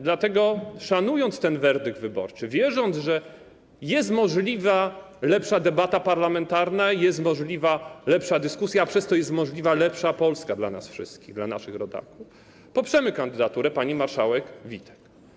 Dlatego, szanując ten werdykt wyborczy, wierząc, że jest możliwa lepsza debata parlamentarna, jest możliwa lepsza dyskusja, przez to jest możliwa lepsza Polska dla nas wszystkich, dla naszych rodaków, poprzemy kandydaturę pani marszałek Witek.